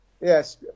Yes